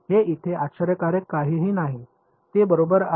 हे इथे आश्चर्यकारक काहीही नाही ते बरोबर आहे